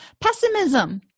Pessimism